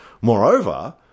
Moreover